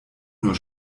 nur